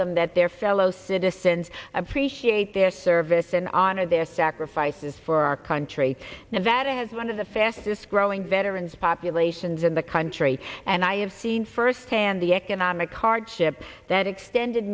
them that their fellow citizens appreciate their service and honor their sacrifices for our country nevada has one of the fastest growing veterans populations in the country and i have seen firsthand the economic hardship that extended